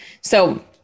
So-